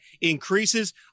increases